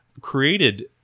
created